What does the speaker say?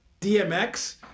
DMX